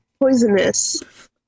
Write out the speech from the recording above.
poisonous